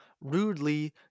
rudely